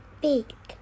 big 。